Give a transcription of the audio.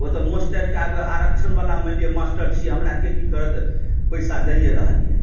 ओ तऽ मोछ ताबिके आरक्षण बला मानि लिअ मास्टर छी हमरा के की करत पैसा दैयै रहल यऽ